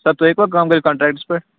سر تُہۍ ہیٚکِوا کٲم کٔرِتھ کَنٹرٛیٚکٹَس پیٚٹھ